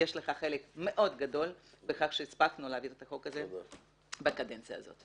יש לך חלק מאוד גדול בכך שהספקנו להעביר את החוק הזה בקדנציה הזאת.